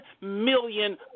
million